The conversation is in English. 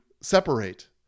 separate